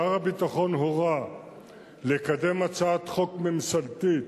שר הביטחון הורה לקדם הצעת חוק ממשלתית